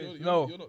No